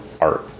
art